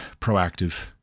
proactive